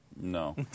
No